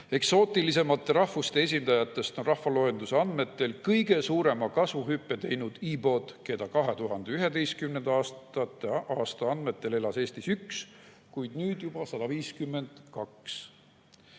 Eksootilisemate rahvuste esindajatest on rahvaloenduse andmetel kõige suurema kasvuhüppe teinud ibod, keda 2011. aasta andmetel elas Eestis 1, kuid nüüd elab